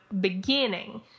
beginning